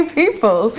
people